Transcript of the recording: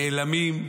נעלמים,